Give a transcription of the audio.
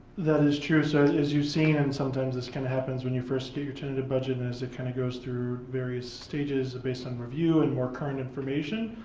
that is true, so as you've seen and sometimes this kind of happens when you first get your and budget and as it kind of goes through various stages based on review and more current information,